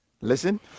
Listen